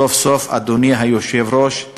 אדוני היושב-ראש,